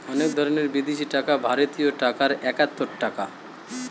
এক ধরনের বিদেশি টাকা ভারতীয় টাকায় একাত্তর টাকা